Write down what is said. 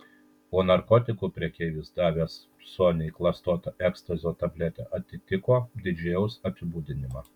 o narkotikų prekeivis davęs soniai klastotą ekstazio tabletę atitiko didžėjaus apibūdinimą